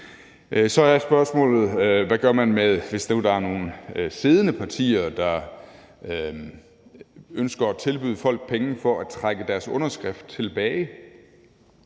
Så er spørgsmålet, hvad man gør, hvis nu der er nogle siddende partier, der ønsker at tilbyde folk penge for at trække deres underskrift tilbage.